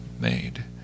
made